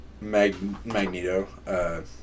Magneto